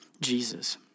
Jesus